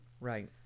right